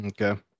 okay